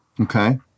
Okay